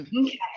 Okay